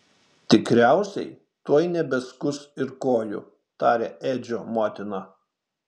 tikriausiai tuoj nebeskus ir kojų tarė edžio motina